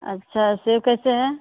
अच्छा सेब कैसे है